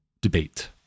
debate